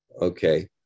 Okay